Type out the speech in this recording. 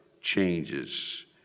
changes